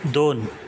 दोन